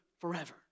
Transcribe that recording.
forever